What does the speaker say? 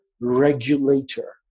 regulator